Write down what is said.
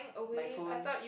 my phone